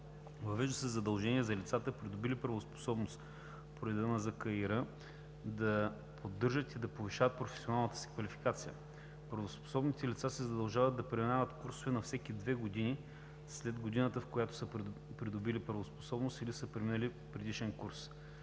Въвежда се задължение за лицата, придобили правоспособност по реда на Закона за кадастъра и имотния регистър , да поддържат и да повишават професионалната си квалификация. Правоспособните лица се задължават да преминават курсове на всеки 2 години след годината, в която са придобили правоспособност или са преминали предишен курс.